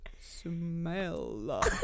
smell